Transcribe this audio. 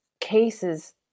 cases